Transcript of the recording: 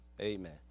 amen